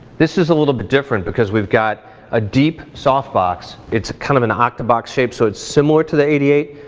this is a little bit different because we've got a deep, soft box, it's kind of an octabox shape, so it's similar to the eighty eight,